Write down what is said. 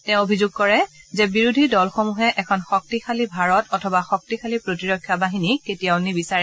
তেওঁ অভিযোগ কৰে যে বিৰোধী দলসমূহে এখন শক্তিশালী ভাৰত অথবা শক্তিশালী প্ৰতিৰক্ষা বাহিনীক নিবিচাৰে